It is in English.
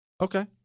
Okay